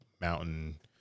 mountain